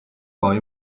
boy